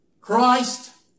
Christ